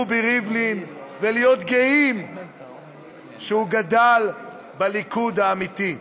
רובי ריבלין, ולהיות גאים שהוא גדל בליכוד האמיתי,